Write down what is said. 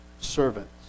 servants